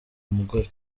umugore